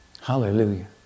Hallelujah